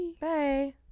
Bye